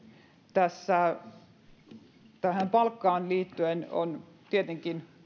tässä palkkaan liittyen tietenkin